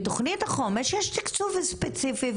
בתוכנית החומש יש תקצוב ספציפי,